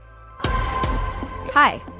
Hi